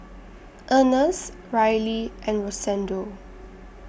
Ernest Rylie and Rosendo